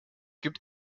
gibt